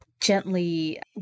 gently